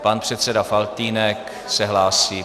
Pan předseda Faltýnek se hlásí.